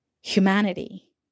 Humanity